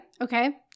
okay